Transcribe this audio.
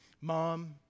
mom